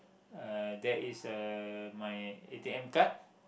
uh there is a my a_t_m card